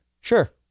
Sure